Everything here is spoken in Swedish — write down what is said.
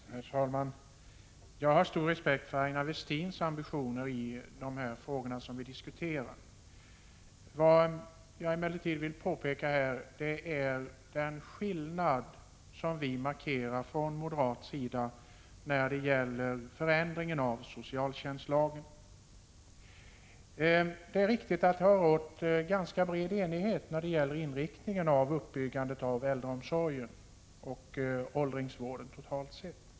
Herr talman! Jag har stor respekt för Aina Westins ambitioner i de frågor som vi nu diskuterar. Vad jag emellertid vill påpeka här är den skillnad som vi markerar från moderat sida när det gäller förändringen av socialtjänstlagen. Det är riktigt att det har rått ganska bred enighet när det gäller inriktningen av uppbyggandet av äldreomsorgen och åldringsvården totalt sett.